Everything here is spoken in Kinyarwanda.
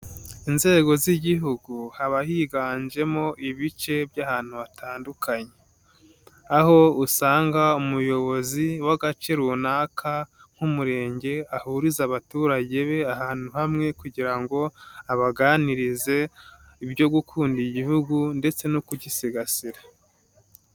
Inzego z'Igihugu haba higanjemo ibice by'ahantu hatandukanye. Aho usanga umuyobozi w'agace runaka nk'umurenge ahuriza abaturage be ahantu hamwe kugira ngo abaganirize ibyo gukunda igihugu ndetse no kugisigasira.